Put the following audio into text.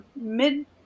mid